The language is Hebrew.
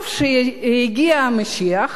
טוב שהגיע המשיח,